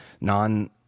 non